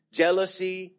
jealousy